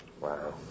Wow